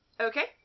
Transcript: Okay